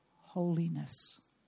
holiness